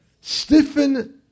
Stiffen